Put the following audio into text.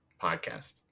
podcast